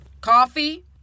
Coffee